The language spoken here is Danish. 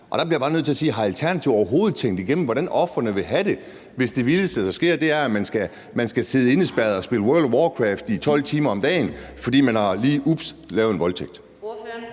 Og der bliver jeg bare nødt til at spørge: Har Alternativet overhovedet tænkt igennem, hvordan ofrene vil have det, hvis det vildeste, der sker, er, at man skal sidde indespærret og spille World of Warcraft i 12 timer om dagen, fordi man lige – ups – har lavet en voldtægt?